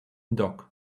dock